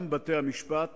גם בתי-המשפט